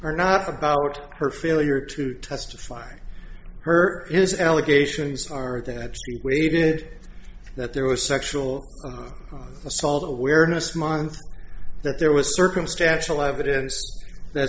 or not about her failure to testify her his allegations are that we did that there were sexual assault awareness month that there was circumstantial evidence that